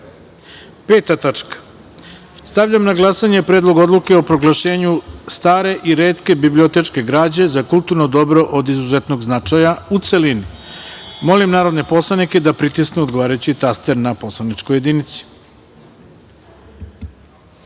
tačka. Stavljam na glasanje Predlog Odluke o proglašenju stare i retke bibliotečke građe za kulturno dobro od izuzetnog značaja, u celini. Molim narodne poslanike da pritisnu odgovarajući taster na poslaničkoj